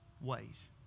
Ways